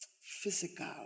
physical